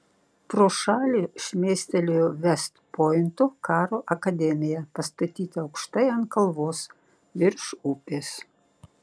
pro šalį šmėstelėjo vest pointo karo akademija pastatyta aukštai ant kalvos virš upės